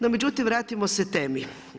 No međutim, vratimo se temi.